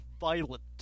violent